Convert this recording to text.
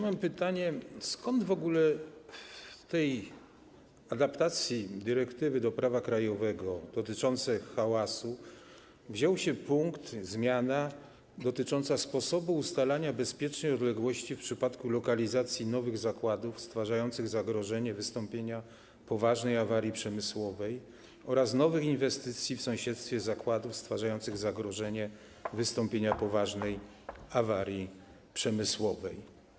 Mam pytanie, skąd w ogóle w tej adaptacji dyrektywy dotyczącej hałasu do prawa krajowego wziął się punkt, zmiana dotycząca sposobu ustalania bezpiecznej odległości w przypadku lokalizacji nowych zakładów stwarzających zagrożenie wystąpieniem poważnej awarii przemysłowej oraz nowych inwestycji w sąsiedztwie zakładów stwarzających zagrożenie wystąpieniem poważnej awarii przemysłowej.